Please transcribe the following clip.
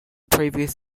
previous